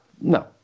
no